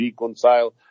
reconcile